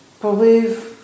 believe